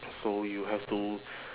so you have to